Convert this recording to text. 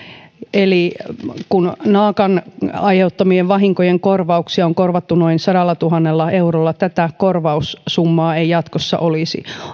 eli kun naakan aiheuttamien vahinkojen korvauksia on korvattu noin sadallatuhannella eurolla tätä korvaussummaa ei jatkossa olisi